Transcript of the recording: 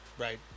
Right